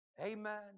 Amen